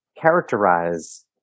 characterize